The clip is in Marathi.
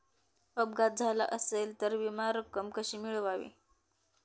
अपघात झाला असेल तर विमा रक्कम कशी मिळवावी?